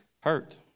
hurt